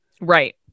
Right